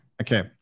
Okay